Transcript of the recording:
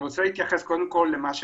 אני רוצה להתייחס בקצרה לדברים של